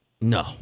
No